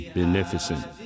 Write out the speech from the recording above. beneficent